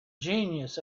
genius